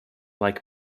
like